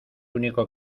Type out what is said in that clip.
único